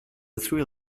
through